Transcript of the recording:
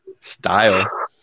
style